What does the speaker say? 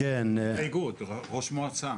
לא איגוד, ראש מועצה.